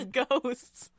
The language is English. ghosts